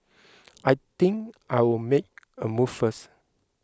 I think I'll make a move first